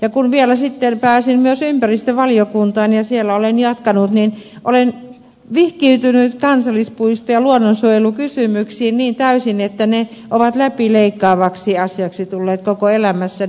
ja kun vielä sitten pääsin myös ympäristövaliokuntaan ja siellä olen jatkanut niin olen vihkiytynyt kansallispuisto ja luonnonsuojelukysymyksiin niin täysin että ne ovat läpileikkaavaksi asiaksi tulleet koko elämässäni